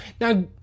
Now